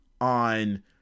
on